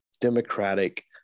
Democratic